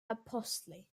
apostle